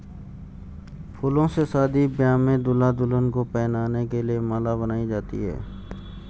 फूलों से शादी ब्याह में दूल्हा दुल्हन को पहनाने के लिए माला बनाई जाती है